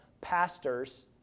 pastors